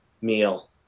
meal